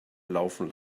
laufen